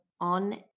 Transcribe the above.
on